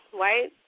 white